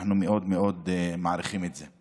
אנחנו מאוד מאוד מעריכים את זה.